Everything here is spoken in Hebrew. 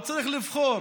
הוא צריך לבחור